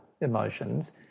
emotions